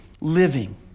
living